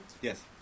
Yes